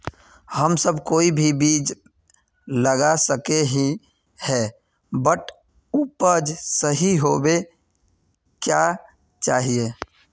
हम सब कोई भी बीज लगा सके ही है बट उपज सही होबे क्याँ चाहिए?